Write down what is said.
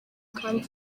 kandi